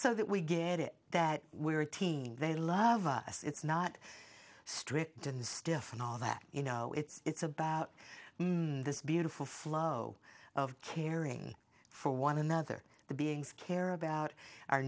so that we get it that we're a team they love us it's not strict and stiff and all that you know it's about this beautiful flow of caring for one another the beings care about our